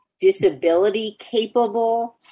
disability-capable